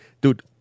dude